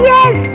Yes